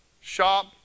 shop